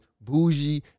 bougie